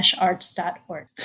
arts.org